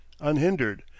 unhindered